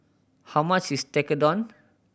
how much is Tekkadon